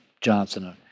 Johnson